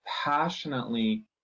passionately